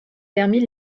permis